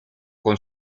con